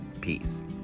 peace